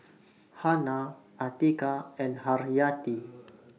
Hana Atiqah and Haryati